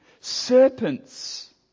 Serpents